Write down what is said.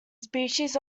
species